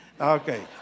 Okay